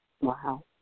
Wow